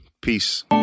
Peace